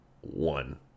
one